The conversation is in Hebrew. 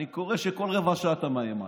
אני קורא שכל רבע שעה אתה מאיים עליהם.